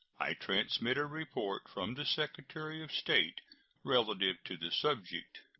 i transmit a report from the secretary of state relative to the subject.